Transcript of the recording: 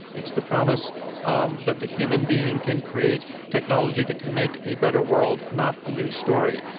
it's the promise um that the human being can create technology that can make a better world, not a new story.